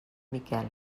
miquel